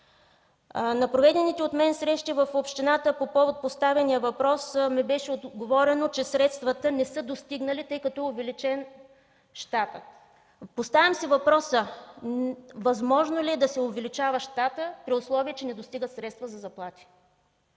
На проведените от мен срещи в общината по повод поставения въпрос ми беше отговорено, че средствата не са достигнали, тъй като е увеличен щатът. Поставям си въпроса: възможно ли е да се увеличава щатът, при положение че не достигат средства за заплати?!